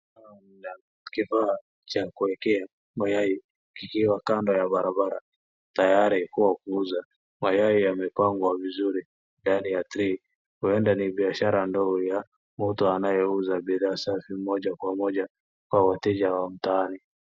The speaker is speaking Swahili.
Kibao cha kuekea mayai kikiwa kando ya barabara tayari kuwa kuuzwa mayai yamepangwa vizuri ndani ya tray huenda ni biashara ndogo wa mtu anayeuza bidhaa safi moja kwa moja kwa hoteli ya mtaani